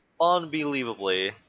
unbelievably